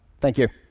thank you.